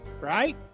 Right